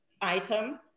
item